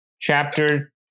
Chapter